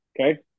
Okay